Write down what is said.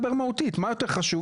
נדבר מהותית, מה יותר חשוב?